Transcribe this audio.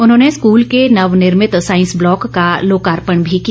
उन्होंने स्कूल के नवनिर्मित सांईस ब्लॉक का लोकार्पण भी किया